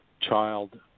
child